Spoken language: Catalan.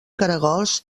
caragols